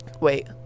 wait